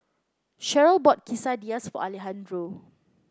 Cheryl bought Quesadillas for Alejandro